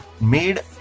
made